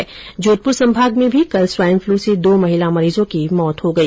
इधर जोधपुर सभाग में भी कल स्वाइन फ्लू से दो महिला मरीजों की मौत हो गई